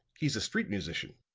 he's a street musician.